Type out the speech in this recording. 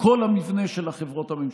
שכל המבנה של החברות הממשלתיות,